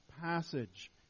passage